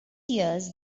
years